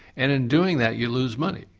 and in doing that you lose money.